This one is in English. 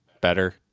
better